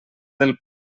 del